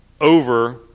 Over